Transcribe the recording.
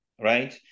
Right